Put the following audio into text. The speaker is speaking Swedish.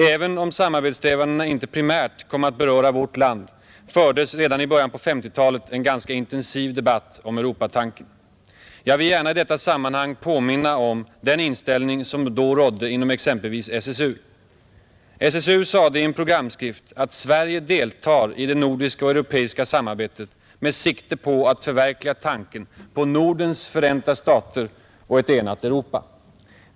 Även om samarbetssträvandena inte primärt kom att beröra vårt land fördes redan i början på 1950-talet en ganska intensiv debatt om Europatanken. Jag vill i detta sammanhang gärna påminna om den inställning som då rådde inom exempelvis SSU, där man i en programskrift förklarade att ”Sverige deltar i det nordiska och europeiska samarbetet med sikte på att förverkliga tanken på Nordens förenta stater och ett enat Europa”.